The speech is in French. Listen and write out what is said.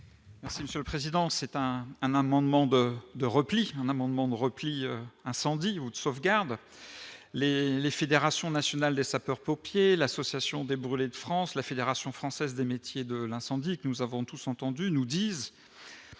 un un amendement de de repli mon amendement de repli incendie ou de sauvegarde les les fédérations nationales des sapeurs-pompiers, l'Association des brûlés de France, la Fédération française des métiers de l'incendie que nous avons tous entendu nous disent